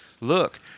Look